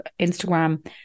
Instagram